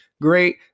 great